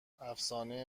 افسانه